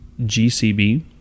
GCB